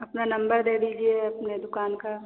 अपना नम्बर दे दीजिए अपने दुकान का